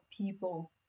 people